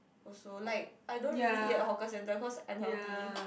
also like I don't really eat at hawker center cause unhealthy